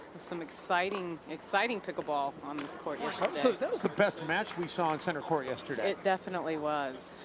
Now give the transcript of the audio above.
some exciting exciting pickleball on this court yesterday. and sort of so that was the best match we saw on center court yesterday. it definitely was.